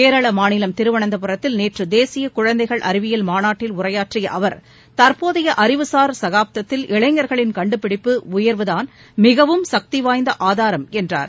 கேரள மாநிலம் திருவனந்தபுரத்தில் நேற்று தேசிய குழந்தைகள் அறிவியல் மாநாட்டில் உரையாற்றிய அவர் தற்போதைய அறிவுசார் சகாப்தத்தில் இளைஞர்களின் கண்டுபிடிப்பு உணர்வுதான் மிகவும் சக்திவாய்ந்த ஆதாரம் என்றார்